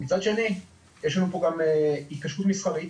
מצד שני יש לנו פה גם התקשרות מסחרית